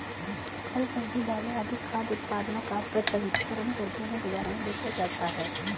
फल, सब्जी, दालें आदि खाद्य उत्पादनों का प्रसंस्करण करके उन्हें बाजार में बेचा जाता है